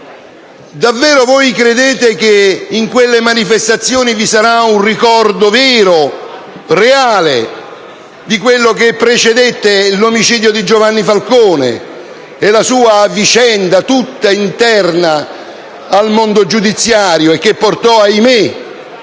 Davvero voi credete che in quelle manifestazioni vi sarà un ricordo vero e reale di quello che precedette l'omicidio di Giovanni Falcone e la sua vicenda, tutta interna al mondo giudiziario e che portò, ahimè,